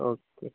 okay